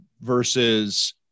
Versus